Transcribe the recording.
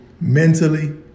mentally